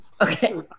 Okay